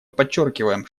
подчеркиваем